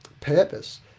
purpose